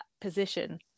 position